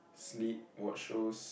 sleep watch shows